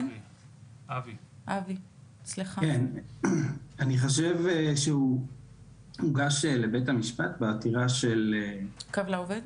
אני חושב שהוא הוגש לבית המשפט בעתירה של קו לעובד.